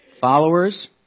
followers